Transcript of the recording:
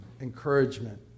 encouragement